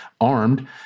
armed